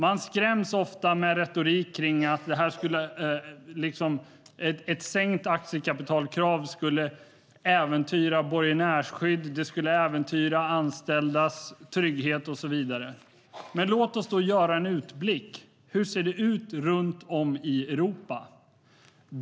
Man skräms ofta med retorik: Ett sänkt aktiekapitalkrav skulle äventyra borgenärsskydd. Det skulle äventyra anställdas trygghet och så vidare. Men låt oss då göra en utblick. Hur ser det ut runt om i Europa?